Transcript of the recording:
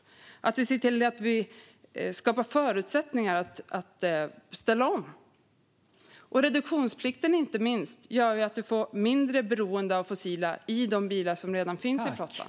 Jag förespråkar att man ser till att skapa förutsättningar för att ställa om. Inte minst gör reduktionsplikten att beroendet av fossila drivmedel minskar i de bilar som redan finns i flottan.